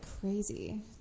crazy